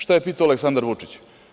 Šta je pitao Aleksandar Vučić?